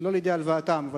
ולא לידי הלוואתם.